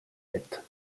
bêtes